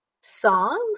songs